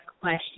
question